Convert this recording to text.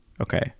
Okay